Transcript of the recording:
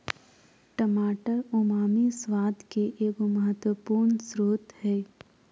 टमाटर उमामी स्वाद के एगो महत्वपूर्ण स्रोत हइ